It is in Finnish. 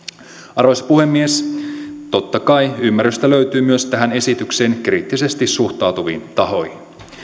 arvoisa puhemies totta kai ymmärrystä löytyy myös tähän esitykseen kriittisesti suhtautuviin tahoihin